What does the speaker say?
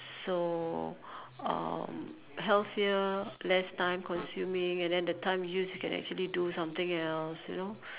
so um healthier less time consuming and then the time use you can actually do something else you know